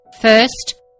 First